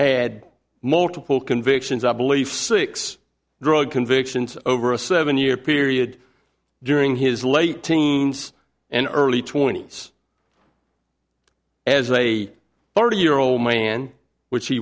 had multiple convictions of belief six drug convictions over a seven year period during his late teens and early twenty's as a thirty year old man which he